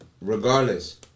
regardless